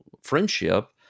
friendship